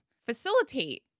facilitate